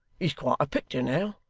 he's quite a picter now.